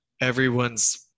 everyone's